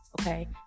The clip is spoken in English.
okay